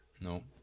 No